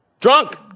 drunk